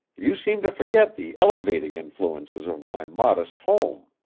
you seem to forget the elevating influences of my modest home.